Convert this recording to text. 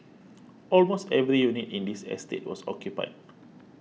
almost every unit in this estate was occupied